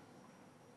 קם.